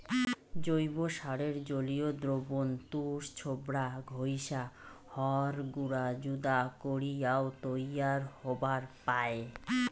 জৈব সারের জলীয় দ্রবণ তুষ, ছোবড়া, ঘইষা, হড় গুঁড়া যুদা করিয়াও তৈয়ার হবার পায়